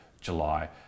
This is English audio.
July